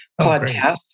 podcast